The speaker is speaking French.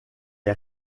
est